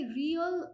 real